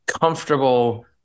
comfortable